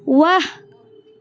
ৱাহ